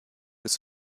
des